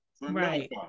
Right